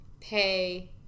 pay